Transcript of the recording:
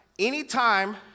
Anytime